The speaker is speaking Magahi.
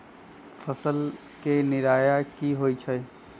फसल के निराया की होइ छई?